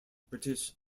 british